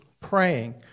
praying